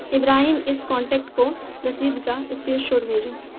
ابراہیم اس کانٹیکٹ کو رسید کا اسکرین شاٹ بھیجو